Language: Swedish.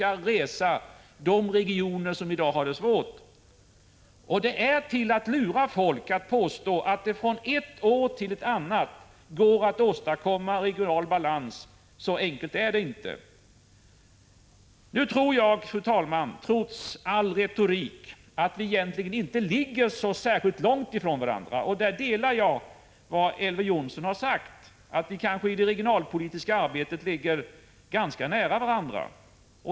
1985/86:148 som skall resa de regioner som i dag har det svårt. Man lurar folk, om man påstår att det från ett år till ett annat går att åstadkomma regional balans. Så enkelt är det inte. Nu tror jag, fru talman, att vi trots all retorik egentligen inte ligger så särskilt långt ifrån varandra. Här delar jag Elver Jonssons uppfattning: att vi i det regionalpolitiska arbetet kanske ligger ganska nära varandra.